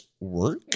work